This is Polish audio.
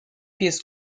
pies